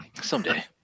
Someday